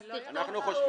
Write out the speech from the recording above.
אז תכתוב שוב.